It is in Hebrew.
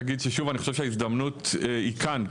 אני רק אגיד ששוב אני חושב שההזדמנות היא כאן.